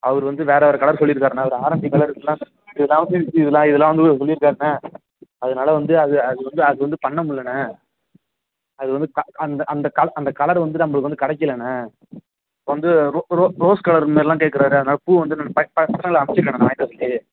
அவர் வந்து வேற வேற கலர் சொல்லிருக்கார்ண்ண அவர் ஆரஞ்சு கலர் இதெலாம் இதெலாம் வந்து இதெலாம் இதெலாம் வந்து சொல்லிருக்காருண்ண அதனால் வந்து அது அது வந்து அது வந்து பண்ண முல்லைண்ண அது வந்து அந்த அந்த கலர் அந்த கலர் வந்து நம்பளுக்கு வந்து கடைகளைண்ண இப்போ வந்து ரோஸ் கலர்மாரில்லாம் கேட்குறாரு அதனால் பூ வந்து பசங்களை அமிச்சிருக்கேன்ன வாங்கிட்டு வரச்சொல்லி